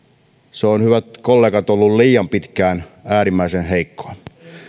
se on ollut hyvät kollegat liian pitkään äärimmäisen heikkoa